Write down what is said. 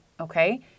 Okay